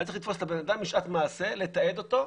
אני צריך לתפוס את הבן אדם בשעת מעשה, לתעד אותו.